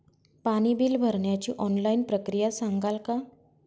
पाणी बिल भरण्याची ऑनलाईन प्रक्रिया सांगाल का?